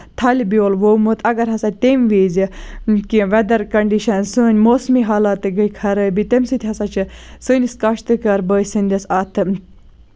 تھلہِ بیول ووٚمُت اَگر ہسا تٔمۍ وِزِ کیٚنہہ ویدر کَنڈِشَنٕز سٲنۍ موسمی حالات تہِ گٔے خرٲبی تَمہِ سۭتۍ ہسا چھِ سٲنِس کاشتہٕ کار بٲے سٕندِس اَتھ